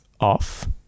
off